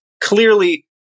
clearly